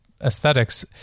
aesthetics